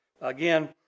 Again